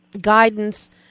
Guidance